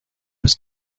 was